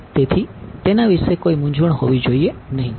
તેથી તેના વિશે કોઈ મૂંઝવણ હોવી જોઈએ નહીં